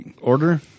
Order